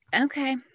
okay